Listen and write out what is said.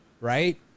right